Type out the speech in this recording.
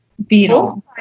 Beetle